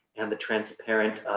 and the transparent,